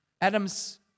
Adam's